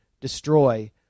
destroy